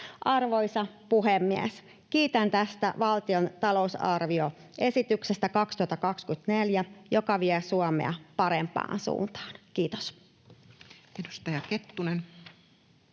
Arvoisa puhemies! Kiitän tästä valtion talousarvioesityksestä 2024, joka vie Suomea parempaan suuntaan. — Kiitos.